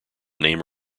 name